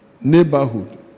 neighborhood